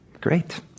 great